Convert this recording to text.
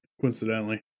Coincidentally